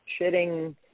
shitting –